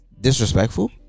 Disrespectful